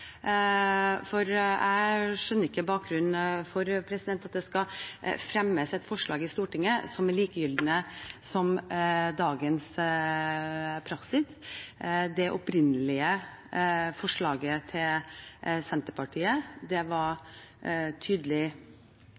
for jeg skjønner ikke bakgrunnen for at det skal fremmes et forslag i Stortinget som er likelydende med dagens praksis. Det opprinnelige forslaget til Senterpartiet var det tydelig at flere representanter her i salen var